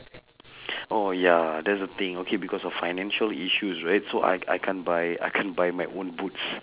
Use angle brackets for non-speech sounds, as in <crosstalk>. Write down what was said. <breath> oh ya that's the thing because of financial issues right so I I can't buy I can't buy my own boots <breath>